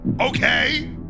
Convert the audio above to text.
Okay